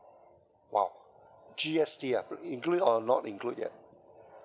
!wow! G_S_T ah included or not include yet